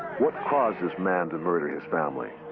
what caused this man to murder his family?